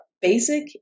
basic